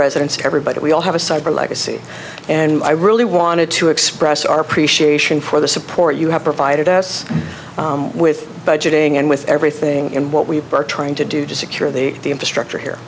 residents everybody we all have a cyber legacy and i really wanted to express our appreciation for the support you have provided us with budgeting and with everything and what we are trying to do to secure the the infrastructure here